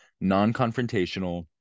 non-confrontational